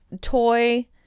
Toy